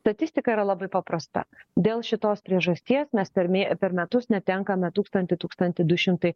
statistika yra labai paprasta dėl šitos priežasties mes per mė per metus netenkame tūkstantį tūkstantį du šimtai